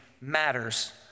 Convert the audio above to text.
matters